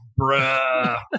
bruh